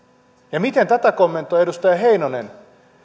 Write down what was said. ja miten tätä kommentoi edustaja heinonen